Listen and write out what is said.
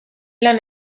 lan